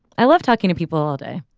i love talking to people all day.